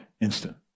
instant